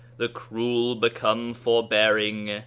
the cruel become forbearing,